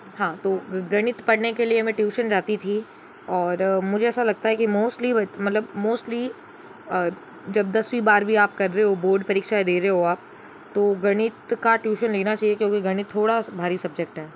हाँ तो गणित पढ़ने के लिए मैं ट्यूशन जाती थी और मुझे ऐसा लगता है की मोस्टली वो मतलब मोस्टली जब दसवीं बारवीं आप कर रहे हो बोर्ड परीक्षाएँ दे रहे हो आप तो गणित का ट्यूशन लेना चाहिए क्योंकि गणित थोड़ा भारी सब्जेक्ट है